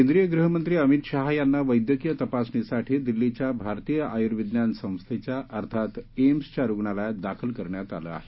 केंद्रीय गृहमंत्री अमित शहा यांना वैद्यकीय तपासणीसाठी दिल्लीच्या भारतीय आयुर्विज्ञान संस्थेच्या अर्थात एम्सच्या रुग्णालयात दाखल करण्यात आलं आहे